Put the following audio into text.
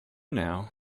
now